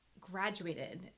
graduated